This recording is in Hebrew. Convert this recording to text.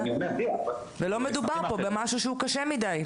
לא מדובר פה במשהו קשה מדי.